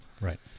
Right